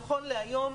נכון להיום,